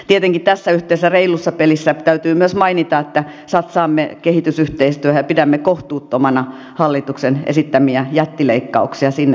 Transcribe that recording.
tietenkin tässä yhteydessä reilusta pelistä täytyy myös mainita että satsaamme kehitysyhteistyöhön ja pidämme kohtuuttomana hallituksen esittämiä jättileikkauksia sinne tässä tilanteessa